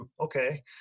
okay